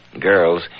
Girls